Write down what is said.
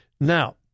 Now